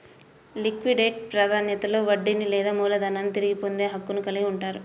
liquidate ప్రాధాన్యతలో వడ్డీని లేదా మూలధనాన్ని తిరిగి పొందే హక్కును కలిగి ఉంటారు